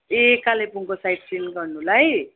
ए कालेबुङको sightseeing गर्नुलाई